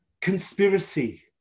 conspiracy